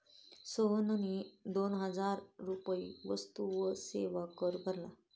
सोहनने दोन हजार रुपये वस्तू व सेवा कर भरला